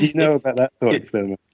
you know about that thought experiment?